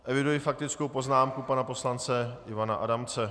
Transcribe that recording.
Eviduji faktickou poznámku pana poslance Ivana Adamce.